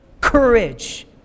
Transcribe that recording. courage